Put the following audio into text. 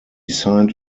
signed